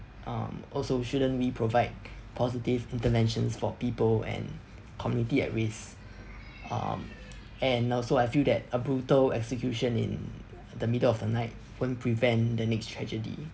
um also shouldn't we provide positive interventions for people and community at risk um and also I feel that a brutal execution in the middle of the night won't prevent the next tragedy